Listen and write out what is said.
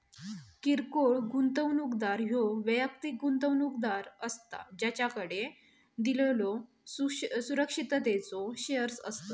किरकोळ गुंतवणूकदार ह्यो वैयक्तिक गुंतवणूकदार असता ज्याकडे दिलेल्यो सुरक्षिततेचो शेअर्स असतत